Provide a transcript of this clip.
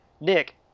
Nick